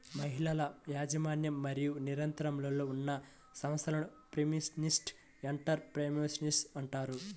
మహిళల యాజమాన్యం మరియు నియంత్రణలో ఉన్న సంస్థలను ఫెమినిస్ట్ ఎంటర్ ప్రెన్యూర్షిప్ అంటారు